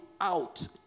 out